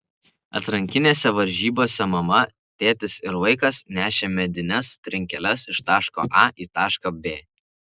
atrankinėse varžybose mama tėtis ir vaikas nešė medines trinkeles iš taško a į tašką b